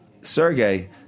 Sergey